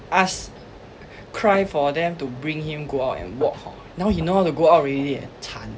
ask cry for them to bring him go out and walk hor now he know how to go out already eh 惨